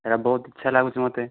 ଏରା ବହୁତ ଇଚ୍ଛା ଲାଗୁଛି ମୋତେ